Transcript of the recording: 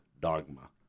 dogma